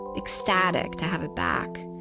ecstatic to have it back.